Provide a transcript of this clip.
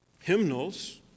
Hymnals